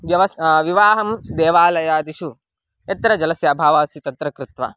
व्यवस्था विवाहं देवालयादिषु यत्र जलस्य अभावः अस्ति तत्र कृत्वा